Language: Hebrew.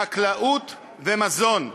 חקלאות ומזון.